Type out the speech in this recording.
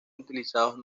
utilizados